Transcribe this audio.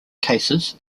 cases